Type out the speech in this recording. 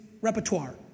repertoire